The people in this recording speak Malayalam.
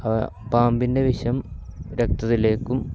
പാമ്പിൻ്റെ വിഷം രക്തത്തിലേക്കും